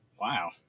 Wow